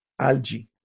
algae